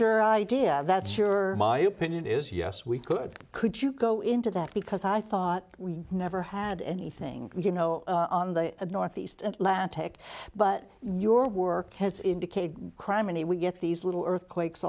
your idea that's your my opinion is yes we could could you go into that because i thought we never had anything you know on the northeast atlantic but your work has indicated crime any we get these little earthquakes